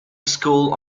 school